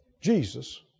Jesus